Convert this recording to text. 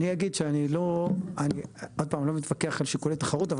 אני לא מתווכח על שיקולי תחרות,